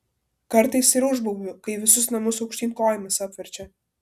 kartais ir užbaubiu kai visus namus aukštyn kojomis apverčia